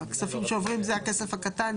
הכספים שעוברים זה הכסף הקטן,